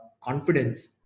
confidence